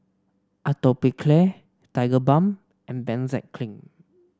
Atopiclair Tigerbalm and Benzac Cream